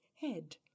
head